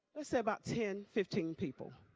let's say about ten fifteen people.